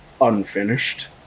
unfinished